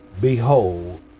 behold